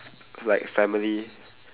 like family